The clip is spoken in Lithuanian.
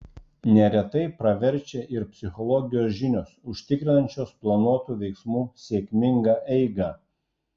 neretai praverčia ir psichologijos žinios užtikrinančios planuotų veiksmų sėkmingą eigą